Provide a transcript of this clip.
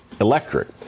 electric